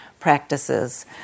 practices